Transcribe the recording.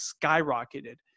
skyrocketed